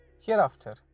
Hereafter